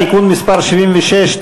(תיקון מס' 76),